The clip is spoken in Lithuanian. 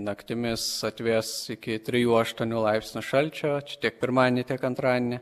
naktimis atvės iki trijų aštuonių laipsnių šalčio čia tiek pirmadienį tiek antradienį